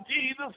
Jesus